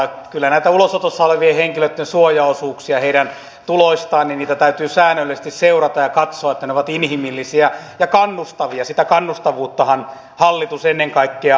kyllä näitä ulosotossa olevien henkilöitten suojaosuuksia heidän tuloistaan täytyy säännöllisesti seurata ja katsoa että ne ovat inhimillisiä ja kannustavia sitä kannustavuuttahan hallitus ennen kaikkea ajaa